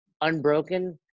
unbroken